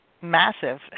massive